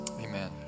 amen